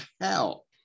hell